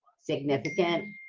significant,